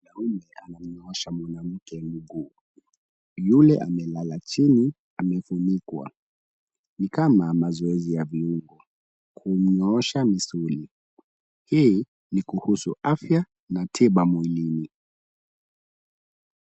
Mwanamume anamnyoosha mwanamke mguu yule amelala chini amefunikwa, ni kama mazoezi ya viungo kumnyoosha misuli. Hii ni kuhusu afya na tiba mwilini.